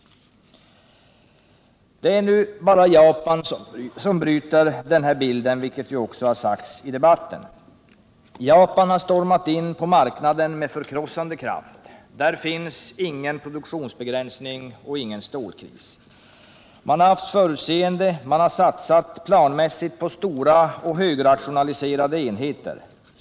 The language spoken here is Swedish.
Det är nu bara Japan som bryter den här bilden, vilket också sagts i debatten. Japan har stormat in på marknaden med förkrossande kraft. Där finns ingen produktionsbegränsning och ingen stålkris. Man har haft förutseende, man har satsat planmässigt på stora och högrationaliserade enheter.